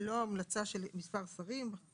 ללא המלצה של מספר שרים,